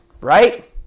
right